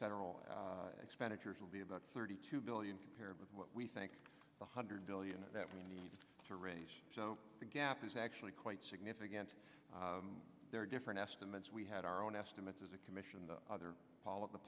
federal expenditures will be about thirty two billion compared with what we think the hundred billion that we need to raise the gap is actually quite significant there are different estimates we had our own estimates as a commission the other follow the